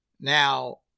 Now